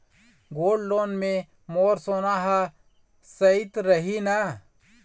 Gold loan मे मोर सोना हा सइत रही न?